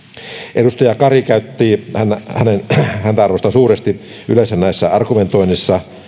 edustaja kari käytti puheenvuoron häntä arvostan suuresti yleensä näissä argumentoinneissa